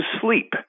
sleep